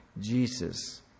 Jesus